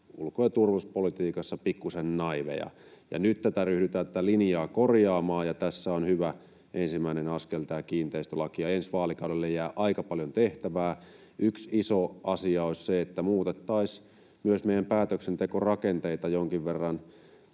ulko- ja turvallisuuspolitiikassa pikkuisen naiiveja, ja nyt tätä linjaa ryhdytään korjaamaan. Tämä kiinteistölaki on tässä hyvä ensimmäinen askel, ja ensi vaalikaudelle jää aika paljon tehtävää. Yksi iso asia olisi se, että muutettaisiin myös meidän päätöksentekorakenteita jonkin verran